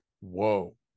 whoa